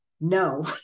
no